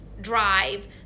drive